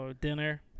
dinner